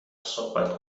صحبت